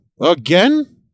again